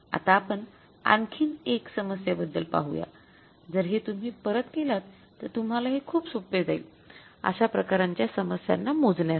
आता आपण आणखीन एक समस्येबद्दल पाहूया जर हे तुम्ही परत केलात तर तुम्हला हे खूप सोप्पे जाईल अश्या प्रकारच्या समस्यांना मोजण्यासाठी